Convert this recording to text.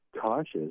cautious